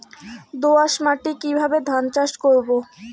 দোয়াস মাটি কিভাবে ধান চাষ করব?